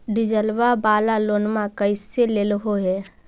डीजलवा वाला लोनवा कैसे लेलहो हे?